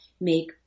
make